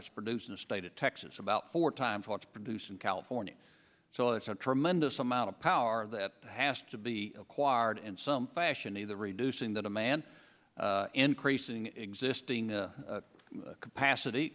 that's produced in the state of texas about four times which produced in california so it's a tremendous amount of power that has to be acquired in some fashion either reducing the demand increasing existing capacity